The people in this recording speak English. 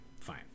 Fine